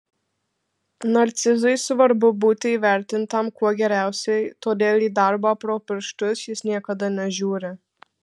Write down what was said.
narcizui svarbu būti įvertintam kuo geriausiai todėl į darbą pro pirštus jis niekada nežiūri